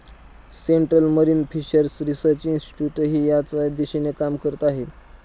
central marine fishers research इन्स्टिट्यूटही याच दिशेने काम करत आहे